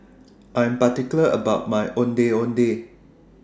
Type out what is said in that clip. I Am particular about My Ondeh Ondeh